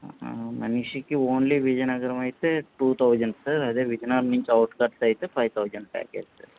మనిషికి ఓన్లీ విజయనగరం అయితే two thousand sir అదే విజయనగరం నుంచి అవుట్స్కాట్స్ అయితే ఫైవ్ తౌజెండ్ ప్యాకేజ్ సార్